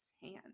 hands